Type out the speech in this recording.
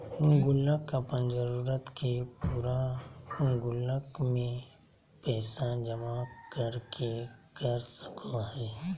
गुल्लक अपन जरूरत के पूरा गुल्लक में पैसा जमा कर के कर सको हइ